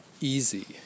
easy